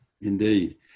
Indeed